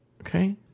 okay